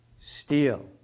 steel